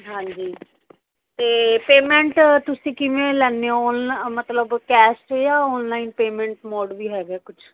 ਹਾਂਜੀ ਅਤੇ ਪੇਮੈਂਟ ਤੁਸੀਂ ਕਿਵੇਂ ਲੈਂਦੇ ਹੋ ਔਨ ਮਤਲਬ ਕੈਸ਼ 'ਚ ਜਾਂ ਔਨਲਾਈਨ ਪੇਮੈਂਟ ਮੋਡ ਵੀ ਹੈਗਾ ਕੁਛ